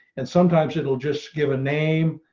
and sometimes it will just give a name.